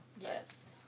Yes